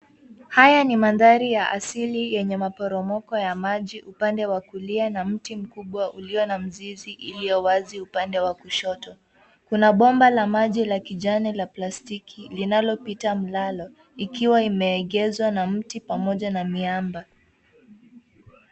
Haya ni mandhari ya asili yenye maporomoko ya maji upande wa kulia na mti mkubwa ulio na mizizi iliyo wazi upande wa kushoto. Kuna bomba la maji la kijani la plastiki linalopita mlalo ikiwa imeegezwa na mti pamoja na miamba.